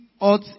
ought